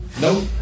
Nope